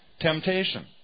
temptation